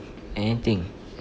anything